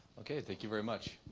ok thank you very much.